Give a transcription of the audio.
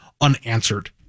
unanswered